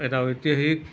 এটা ঐতিহাসিক